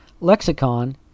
Lexicon